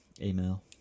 email